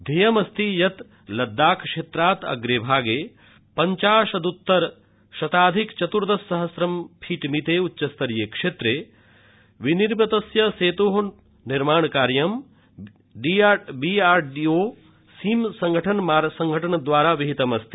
ध्येयमस्ति यत् लद्दाख क्षेत्रात् अप्र भागे पञ्चाशद्तर षट् शताधिक चत्र्दश सहस्रं फीट मिते उच्चस्तरीय क्षेत्रे विनिर्मितस्य सेतोः निर्माणकार्यं बीआर ओ इति सीम मार्ग संघटन द्वारा विहितमस्ति